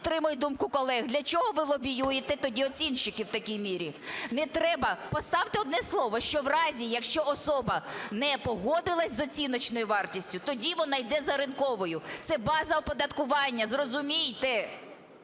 підтримую думку колег. Для чого ви лобіюєте тоді оцінщиків в такій мірі? Не треба. Поставте одне слово, що в разі, якщо особа не погодилась з оціночною вартістю, тоді вона йде за ринковою. Це база оподаткування, зрозумійте.